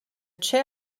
chair